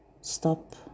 stop